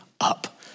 up